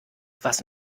was